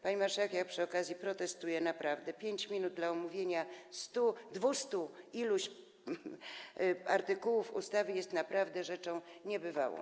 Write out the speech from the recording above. Pani marszałek, ja przy okazji protestuję, naprawdę - 5 minut na omówienie dwustu iluś artykułów ustawy jest rzeczą niebywałą.